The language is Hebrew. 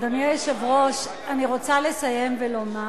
אדוני היושב-ראש, אני רוצה לסיים ולומר